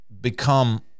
become